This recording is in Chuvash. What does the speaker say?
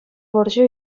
вӑрҫӑ